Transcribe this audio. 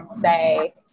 say